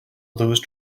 lose